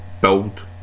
build